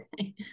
Okay